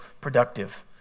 productive